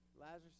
Lazarus